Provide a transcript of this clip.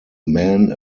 man